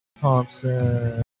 Thompson